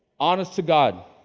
honest to god,